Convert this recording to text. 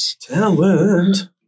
Talent